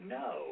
no